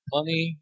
Money